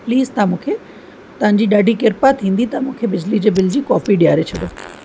please तव्हां मूंखे तव्हांंजी ॾाढी कृपा थींदी तव्हां मूंखे बिजली जे बिल जी कॉपी ॾियारे छॾो